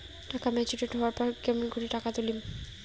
টাকা ম্যাচিওরড হবার পর কেমন করি টাকাটা তুলিম?